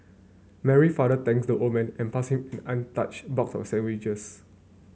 Mary father thanked the old man and passed him an untouched box of sandwiches